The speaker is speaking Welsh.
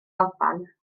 alban